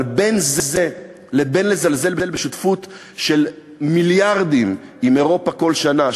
אבל בין זה לבין לזלזל בשותפות של מיליארדים עם אירופה כל שנה,